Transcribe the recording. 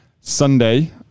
Sunday